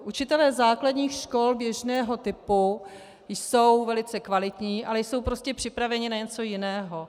Učitelé základních škol běžného typu jsou velice kvalitní, ale jsou prostě připraveni na něco jiného.